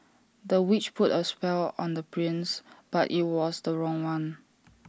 the witch put A spell on the prince but IT was the wrong one